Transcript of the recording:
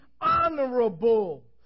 honorable